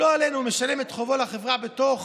לא עלינו, משלם את חובו לחברה בתוך